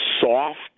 soft